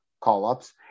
call-ups